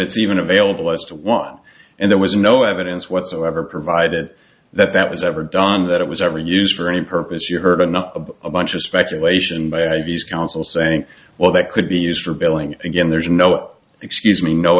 it's even available as to why and there was no evidence whatsoever provided that that was ever done that it was ever used for any purpose you heard enough of a bunch of speculation by these counsel saying well that could be used for billing again there's no excuse me no